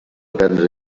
aprendre